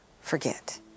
forget